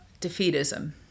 defeatism